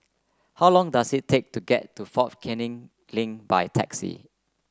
how long does it take to get to Fort Canning Link by taxi